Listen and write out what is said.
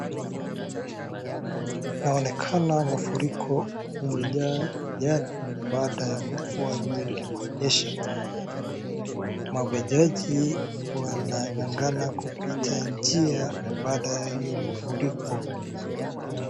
Inaonekana mafuriko imejaa njiani baada ya mvua nyingi kunyesha. Waendeshaji wanang'ang'ana kupita njia baada ya hiyo mafuriko.